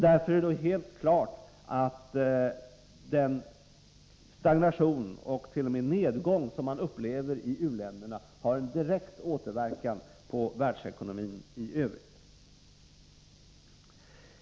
Därför är det helt klart att den stagnation och t.o.m. nedgång man upplever i u-länderna har en direkt återverkan på världsekonomin i övrigt.